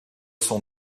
son